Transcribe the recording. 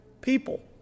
people